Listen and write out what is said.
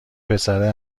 پسر